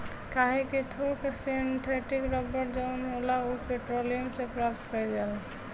काहे कि थोक सिंथेटिक रबड़ जवन होला उ पेट्रोलियम से प्राप्त कईल जाला